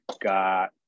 got